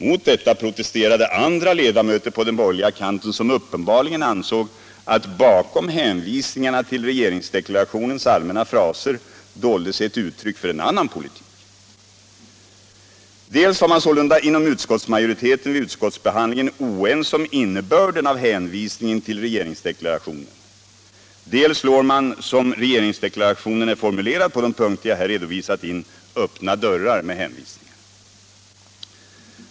Mot detta protesterade andra ledamöter på den borgerliga kanten, som uppenbarligen ansåg att bakom hänvisningarna till regeringsdeklarationens allmänna fraser dolde sig ett uttryck för en annan politik. Dels var sålunda utskottsmajoriteten vid utskottsbehandlingen oense om innebörden av hänvisningen till regeringsdeklarationen, dels slår man, som regeringsdeklarationen är formulerad på de punkter jag här redovisat, in öppna dörrar med hänvisningarna.